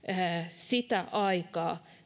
sitä aikaa